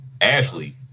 Ashley